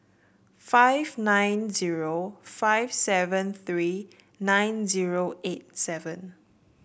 five nine zero five seven three nine zero eight seven